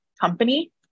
company